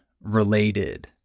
related